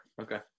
Okay